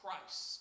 Christ